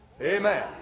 Amen